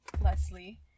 Leslie